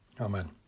Amen